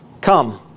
Come